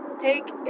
take